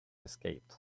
escaped